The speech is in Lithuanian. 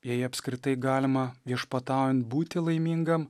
jei apskritai galima viešpataujant būti laimingam